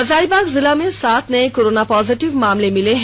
हजारीबाग जिला में सात नए कोरोना पॉजिटिव मामले मिले हैं